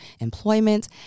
employment